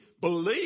believe